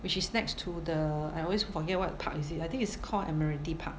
which is next to the I always forget what park is it I think it's called admiralty park